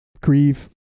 grieve